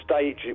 stage